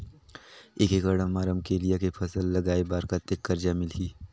एक एकड़ मा रमकेलिया के फसल लगाय बार कतेक कर्जा मिलही?